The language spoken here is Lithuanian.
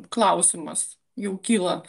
klausimas jau kyla